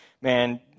man